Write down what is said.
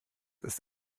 ist